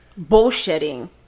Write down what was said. bullshitting